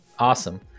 Awesome